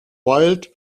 wilde